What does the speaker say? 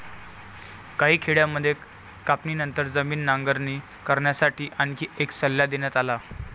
काही खेड्यांमध्ये कापणीनंतर जमीन नांगरणी करण्यासाठी आणखी एक सल्ला देण्यात आला